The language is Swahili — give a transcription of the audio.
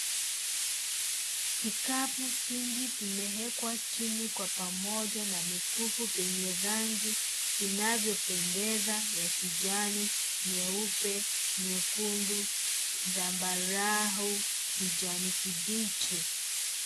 Vikapu vingi vimewekwa chini kwa pamoja na mikufu vyenye rangi vinavyopendeza ya kijani, nyeupe, nyekundu, zambarau, kijani kibichi.